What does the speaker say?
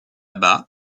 bas